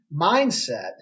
mindset